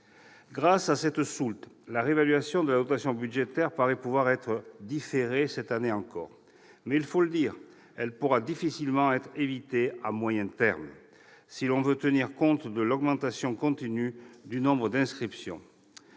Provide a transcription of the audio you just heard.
Grâce à cette soulte, la réévaluation de la dotation budgétaire paraît pouvoir être différée cette année encore. Mais, il faut le dire, elle pourra difficilement être évitée à moyen terme si l'on veut tenir compte de l'augmentation continue du nombre d'inscriptions